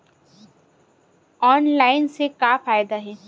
Online से का फ़ायदा हे?